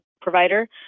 provider